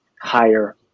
higher